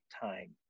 time